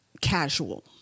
casual